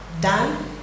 done